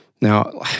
now